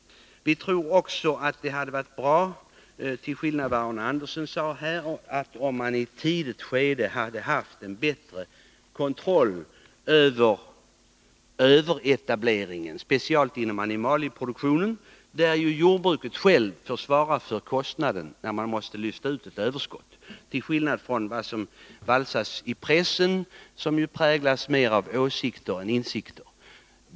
Vi tror också att det — till skillnad mot vad Arne Andersson i Ljung här sade — hade varit bra, om mani ett tidigare skede hade haft en bättre kontroll beträffande överetableringen. Det gäller speciellt inom animalieproduktionen, där jordbruket självt får svara för kostnaden när man måste lyfta ut ett överskott. Detta framgår inte av pressens skriverier, som präglas mer av åsikter än av insikter.